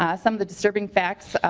ah some of the disturbing facts